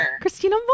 Christina